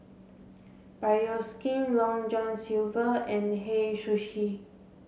Bioskin Long John Silver and Hei Sushi